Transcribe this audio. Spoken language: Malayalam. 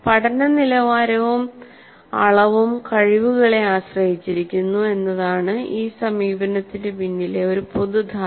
പഠന നിലവാരവും അളവും കഴിവുകളെ ആശ്രയിച്ചിരിക്കുന്നു എന്നതാണ് ഈ സമീപനത്തിന് പിന്നിലെ ഒരു പൊതു ധാരണ